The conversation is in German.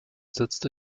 setzte